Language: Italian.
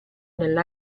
nel